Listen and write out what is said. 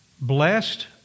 blessed